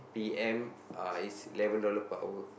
P_M uh is eleven dollar per hour